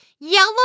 yellow